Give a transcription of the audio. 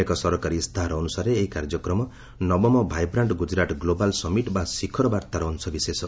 ଏକ ସରକାରୀ ଇସ୍ତାହାର ଅନୁସାରେ ଏହି କାର୍ଯ୍ୟକ୍ରମ ନବମ ଭାଏବ୍ରାଷ୍ଟ୍ ଗ୍ଲୁଜରାଟ ଗ୍ଲୋବାଲ୍ ସମିଟ୍ ବା ଶିଖର ବାର୍ତ୍ତାର ଅଂଶବିଶେଷ